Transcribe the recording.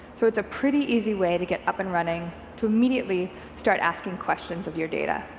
so it's a pretty easy way to get up and running to immediately start asking questions of your data.